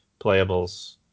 playables